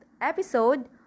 episode